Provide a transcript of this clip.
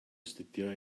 astudio